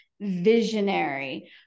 visionary